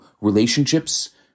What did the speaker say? relationships